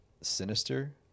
Sinister